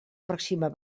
pròxima